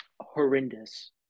horrendous